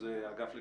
שזה אגף לגריאטריה,